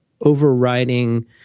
overriding